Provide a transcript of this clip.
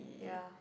ya